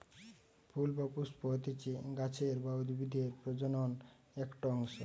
ফুল বা পুস্প হতিছে গাছের বা উদ্ভিদের প্রজনন একটো অংশ